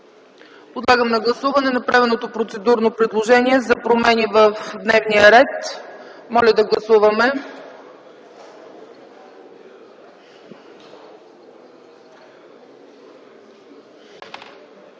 Подлагам на гласуване направеното процедурно предложение за промени в дневния ред. Гласували